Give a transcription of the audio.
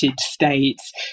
States